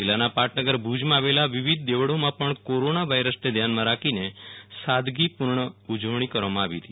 જિલ્લાના પાટનગર ભુજમાં આવેલા વિવિધ દેવળોમા પણ કોરોના વાયરસને ધ્યાનમાં રાખીને સાદગીપૂર્ણ ઉજવણી કરવામાં આવી હતી